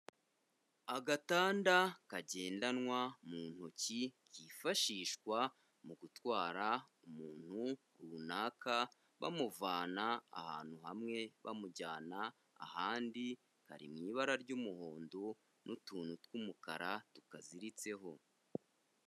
Agatanda kagendanwa mu ntoki kifashishwa mu gutwara umuntu runaka, bamuvana ahantu hamwe bamujyana ahandi, kari mu ibara ry'umuhondo n'utuntu tw'umukara tukaziritseho.